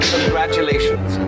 Congratulations